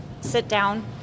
sit-down